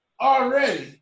already